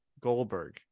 Goldberg